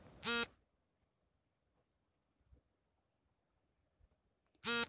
Kisan Shakti Yojana scheme ಯಾವ bank ನಿಂದ ದೊರೆಯುತ್ತದೆ?